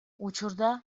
учурда